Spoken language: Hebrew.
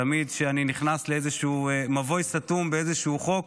תמיד כשאני נכנס לאיזשהו מבוי סתום באיזשהו חוק,